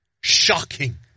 Shocking